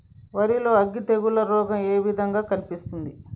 వరి లో అగ్గి తెగులు రోగం ఏ విధంగా కనిపిస్తుంది?